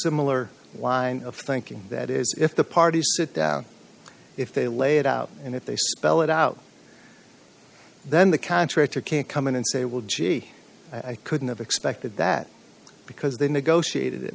similar line of thinking that is if the parties sit down if they lay it out and if they spell it out then the contractor can come in and say well gee i couldn't have expected that because they negotiated